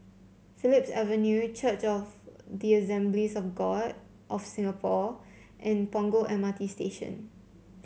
Phillips Avenue Church of the Assemblies of God of Singapore and Punggol M R T Station